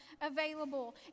available